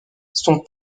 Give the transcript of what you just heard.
son